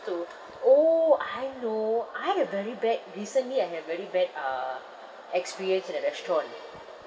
to orh I know I have very bad recently I have very bad uh experience at a restaurant